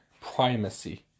primacy